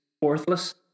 worthless